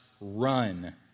run